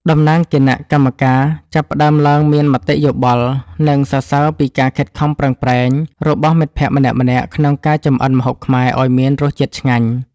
តំណាងគណៈកម្មការចាប់ផ្ដើមឡើងមានមតិយោបល់ និងសរសើរពីការខិតខំប្រឹងប្រែងរបស់មិត្តភក្តិម្នាក់ៗក្នុងការចម្អិនម្ហូបខ្មែរឱ្យមានរសជាតិឆ្ងាញ់។